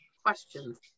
questions